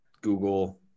Google